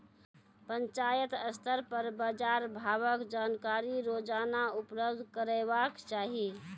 पंचायत स्तर पर बाजार भावक जानकारी रोजाना उपलब्ध करैवाक चाही?